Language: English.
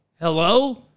Hello